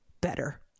better